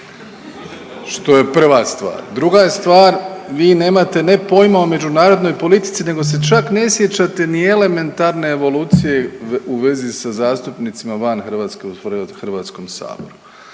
što je prva stvar. Druga je stvar vi nemate ne pojma o međunarodnoj politici nego se čak ne sjećate ni elementarne evolucije u vezi sa zastupnicima van …/Govornik